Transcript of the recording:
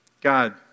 God